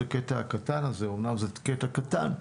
אמנם זה קטע קטן,